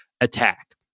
attack